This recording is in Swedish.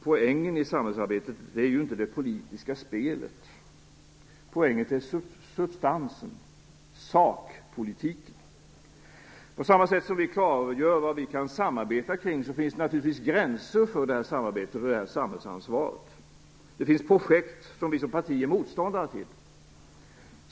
Poängen i samhällsarbetet är inte det politiska spelet. Poängen är substansen, sakpolitiken. På samma sätt som vi klargör vad vi i Centern kan samarbeta kring finns det naturligtvis gränser för samarbetet och samhällsansvaret. Det finns projekt som vi som parti är motståndare till.